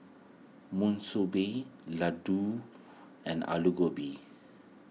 Monsunabe Ladoo and Alu Gobi